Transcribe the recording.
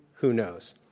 who knows?